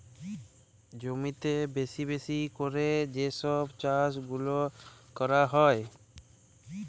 জমিতে বেশি বেশি ক্যরে যে সব চাষ বাস গুলা ক্যরা হ্যয়